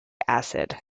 acid